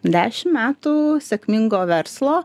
dešim metų sėkmingo verslo